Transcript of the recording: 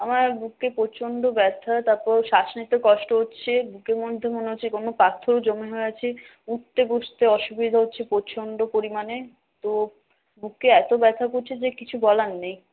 আমার বুকে প্রচণ্ড ব্যথা তারপর শ্বাস নিতে কষ্ট হচ্ছে বুকের মধ্যে মনে হচ্ছে কোনও পাথর জমা হয়ে আছে উঠতে বসতে অসুবিধা হচ্ছে প্রচন্ড পরিমাণে তো বুকে এত ব্যথা করছে যে কিছু বলার নেই